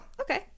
okay